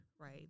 right